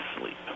sleep